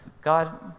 God